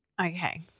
Okay